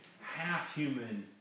half-human